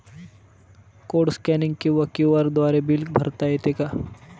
Code scanning किंवा QR द्वारे bill भरता येते का?